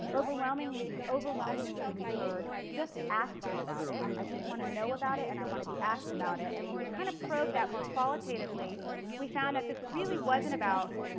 overwhelmingly overwhelmingly we heard, just ask me about it. i just want to know about it and i want to be asked about it. and when we kind of probed that more qualitatively we found that this really wasn't about,